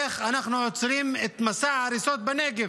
איך אנחנו עוצרים את מסע ההריסות בנגב.